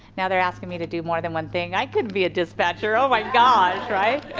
now they're asking me to do more than one thing. i couldn't be a dispatcher, oh my gosh right.